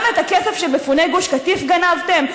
גם את הכסף של מפוני גוש קטיף גנבתם,